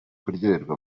kuryoherwa